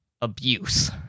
abuse